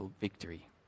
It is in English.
victory